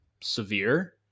severe